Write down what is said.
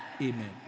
Amen